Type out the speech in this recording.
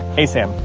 hey, sam.